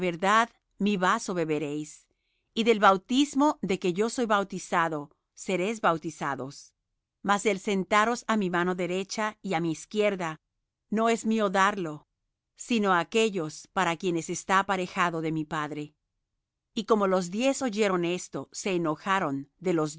verdad mi vaso beberéis y del bautismo de que yo soy bautizado seréis bautizados mas el sentaros á mi mano derecha y á mi izquierda no es mío dar lo sino á aquellos para quienes está aparejado de mi padre y como los diez oyeron esto se enojaron de los